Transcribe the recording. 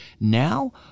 Now